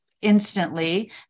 instantly